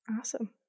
Awesome